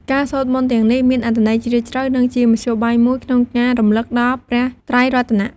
ការសូត្រមន្តទាំងនេះមានអត្ថន័យជ្រាលជ្រៅ និងជាមធ្យោបាយមួយក្នុងការរំឭកដល់ព្រះត្រៃរតន៍។